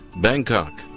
Bangkok